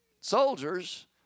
soldiers